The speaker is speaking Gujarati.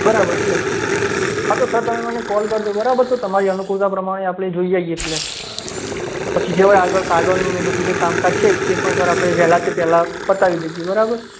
બરાબર છે હા તો સર તમે મને કોલ કરજો બરાબર તો તમારી અનૂકુળતા પ્રમાણે આપણે જોઈ આવીએ ફ્લેટ પછી જે હોય એ આગળ કાગળનું એ બધુ જે કામકાજ છે તે પણ સર આપણે વહેલાં તે પહેલાં પતાવી દઈએ બરાબર